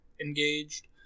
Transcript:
engaged